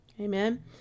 Amen